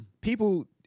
People